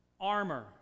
armor